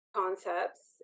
concepts